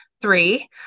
three